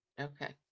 Okay